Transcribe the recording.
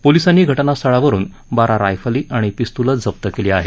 पोलिसांनी घटनास्थळावरुन बारा रायफली आणि पिस्तुल जप्त केली आहेत